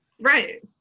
Right